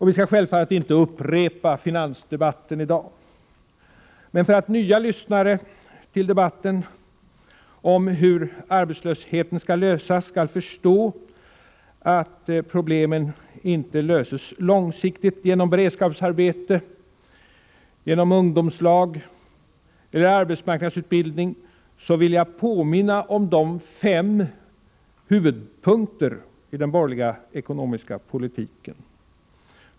Vi skall självfallet inte i dag upprepa finansdebatten, men för att nya lyssnare till debatten om hur arbetslösheten skall klaras skall förstå att problemen inte löses långsiktigt genom beredskapsarbete, ungdomslag eller arbetsmarknadsutbildning vill jag påminna om fem huvudpunkter i den borgerliga ekonomiska politiken.